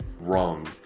wrong